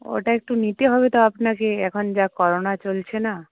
ওটা একটু নিতে হবে তো আপনাকে এখন যা করোনা চলছে না